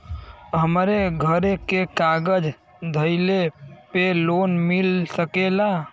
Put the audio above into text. हमरे घरे के कागज दहिले पे लोन मिल सकेला?